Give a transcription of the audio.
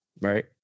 right